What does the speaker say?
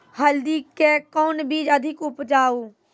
हल्दी के कौन बीज अधिक उपजाऊ?